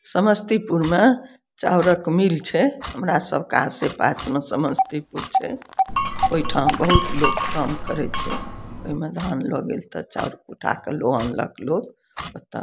समस्तीपुरमे चाउरक मील छै हमरा सबके आसेपासमे समस्तीपुर छै ओइठाम बहुत लोक काम करय छै ओइमे धान लअ गेल तऽ चाउर कुटाकऽ लअ अनलक लोग ओतय